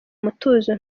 mutuzo